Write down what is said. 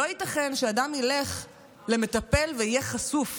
לא ייתכן שאדם ילך למטפל ויהיה חשוף